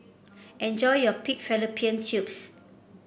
enjoy your Pig Fallopian Tubes